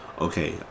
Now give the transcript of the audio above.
okay